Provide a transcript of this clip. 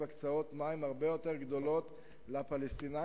הקצאות מים הרבה יותר גדולות לפלסטינים,